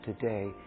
today